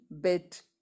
bit